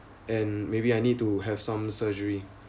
and maybe I need to have some surgery